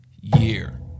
year